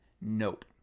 Nope